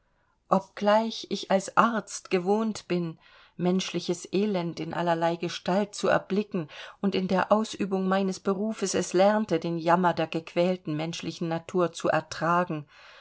obgleich ich als arzt gewohnt bin menschliches elend in allerlei gestalt zu erblicken und in der ausübung meines berufes es lernte den jammer der gequälten menschlichen natur zu ertragen